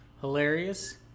Hilarious